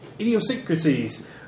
idiosyncrasies